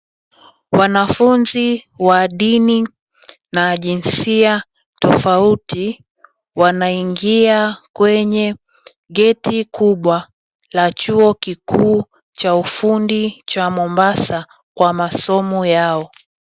Wanafunzi wa dini na jinsia tofauti, wanaingia kwenye gate kubwa la chuo kikuu cha ufundi cha Mombasa kwa masomo yao.